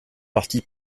parti